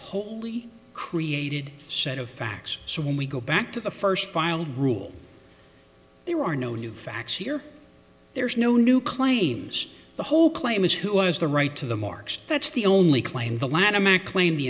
wholly created set of facts so when we go back to the first filed rule there are no new facts here there's no new claims the whole claim is who has the right to the marks that's the only claim the lanham act claim the